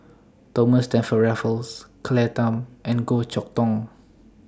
Thomas Stamford Raffles Claire Tham and Goh Chok Tong